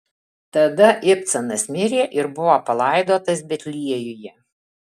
tada ibcanas mirė ir buvo palaidotas betliejuje